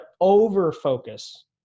over-focus